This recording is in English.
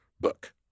book